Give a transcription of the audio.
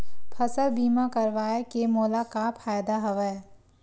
फसल बीमा करवाय के मोला का फ़ायदा हवय?